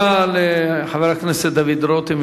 תודה לחבר הכנסת דוד רותם,